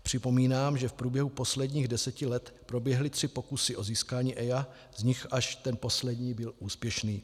Připomínám, že v průběhu posledních deseti let proběhly tři pokusy o získání EIA, z nichž až ten poslední byl úspěšný.